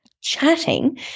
chatting